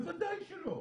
בוודאי שלא.